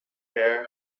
bare